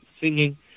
singing